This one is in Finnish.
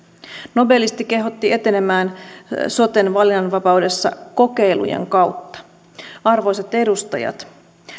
nobelisti kehotti etenemään soten valinnanvapaudessa kokeilujen kautta arvoisat edustajat